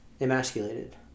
emasculated